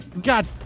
God